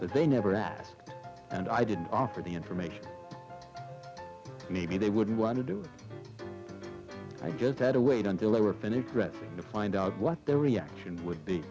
that they never asked and i didn't offer the information maybe they wouldn't want to do it i just had to wait until they were finished dressing to find out what their reaction would be